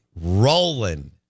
rolling